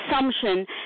assumption